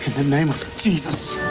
name of jesus,